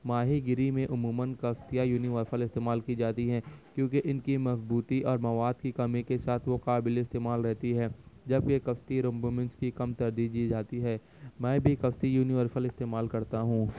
ماہی گیری میں عموماََ کشتیاں یونیورسل استعمال کی جاتی ہیں کیونکہ ان کی مضبوطی اور مواد کی کمی کے ساتھ وہ قابل استعمال رہتی ہے جب یہ کشتی رمبومنس کی کم ترجیح دی جاتی ہے میں بھی کشتی یونیورسل استعمال کرتا ہوں